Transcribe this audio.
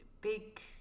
big